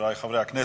חברי חברי הכנסת,